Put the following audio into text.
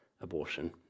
abortion